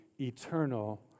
eternal